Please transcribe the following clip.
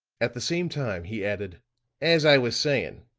at the same time he added as i was saying,